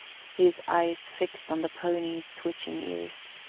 his eyes fixed on the ponies' twitching ears.